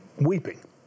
weeping